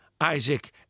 Isaac